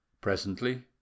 Presently